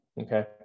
okay